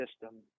system